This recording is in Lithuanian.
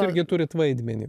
irgi turit vaidmenį